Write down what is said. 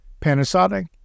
Panasonic